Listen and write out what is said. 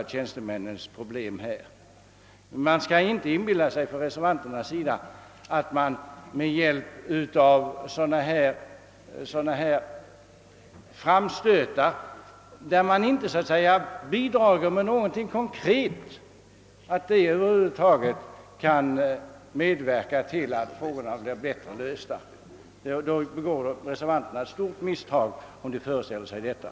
Reservanterna bör inte inbilla sig att man genom att göra sådana här framstötar, som inte bidrar med något konkret, kan medverka till att problemen blir bättre lösta. Föreställer man sig det, begår man ett stort misstag.